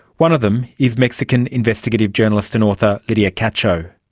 one of them is mexican investigative journalist and author lydia cacho.